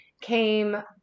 came